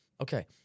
okay